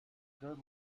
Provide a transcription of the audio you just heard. good